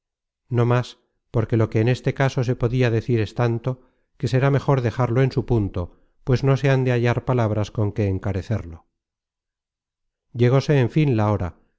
no más porque lo que en este caso se podia decir es tanto que será mejor dejarlo en su punto pues no se han de hallar palabras con que encarecerlo llegóse en fin la hora